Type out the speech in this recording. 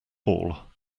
hall